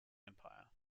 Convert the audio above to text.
empire